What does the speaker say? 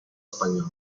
spagnola